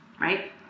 right